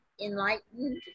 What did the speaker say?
Enlightened